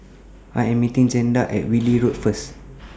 I Am meeting Jaeda At Whitley Road First